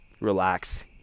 relax